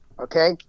Okay